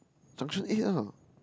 junction eight lah